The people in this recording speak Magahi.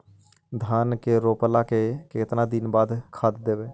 धान के रोपला के केतना दिन के बाद खाद देबै?